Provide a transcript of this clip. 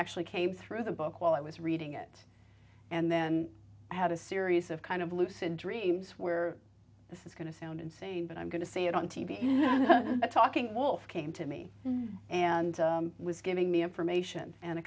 actually came through the book while i was reading it and then i had a series of kind of lucid dreams where this is going to sound insane but i'm going to say it on t v talking also came to me and was giving me information and a